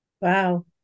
Wow